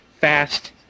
fast